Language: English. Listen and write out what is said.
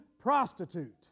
prostitute